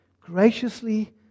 graciously